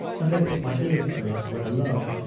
and then put my ears to it, when alone,